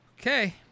Okay